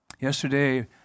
Yesterday